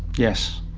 yes.